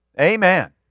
Amen